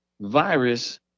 virus